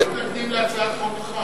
כמה מתנגדים להצעת חוק אחת?